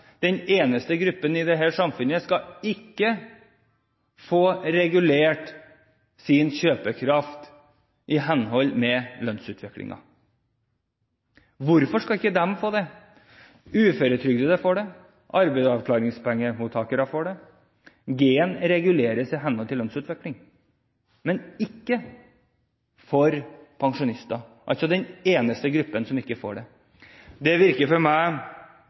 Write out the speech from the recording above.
den eneste gruppen i dette samfunnet – ikke skal få regulert sin kjøpekraft i takt med lønnsutviklingen. Hvorfor skal de ikke få det? Uføretrygdede får det, arbeidsavklaringspengemottakere får det, og G-en reguleres i henhold til lønnsutviklingen. Pensjonistene er altså den eneste gruppen som ikke får det. Det er for meg